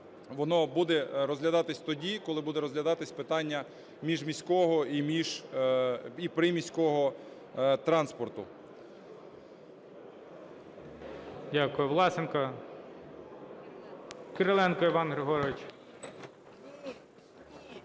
воно буде розглядатись тоді, коли буде розглядатись питання міжміського і приміського транспорту.